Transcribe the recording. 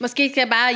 Måske skal jeg bare